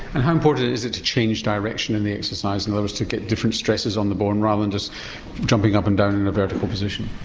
and how important is it to change direction in the exercise, in other words to get different stresses on the bone rather than just jumping up and down in a vertical position?